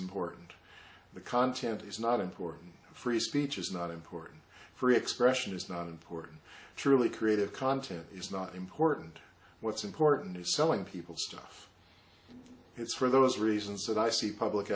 important the content is not important free speech is not important free expression is not a word truly creative content is not important what's important is selling people stuff it's for those reasons that i see public